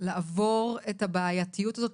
לעבור את הבעייתיות זאת,